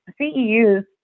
CEUs